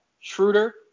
Schroeder